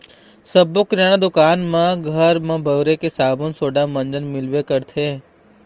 सब्बो किराना दुकान म घर म बउरे के साबून सोड़ा, मंजन मिलबे करथे